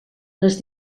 les